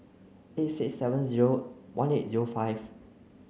eight six seven zero one eight zero five